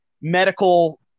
medical